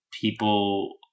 people